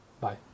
Bye